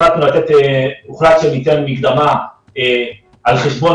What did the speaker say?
הוחלט שניתן מקדמה על חשבון